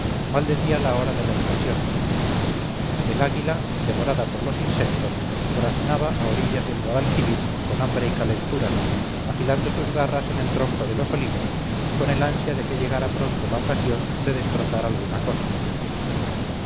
maldecía la hora de la invasión el águila devorada por los insectos graznaba a orillas del guadalquivir con hambre y calentura afilando sus garras en el tronco de los olivos con el ansia de que llegara pronto la ocasión de destrozar alguna cosa